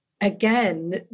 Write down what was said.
again